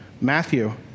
Matthew